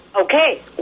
Okay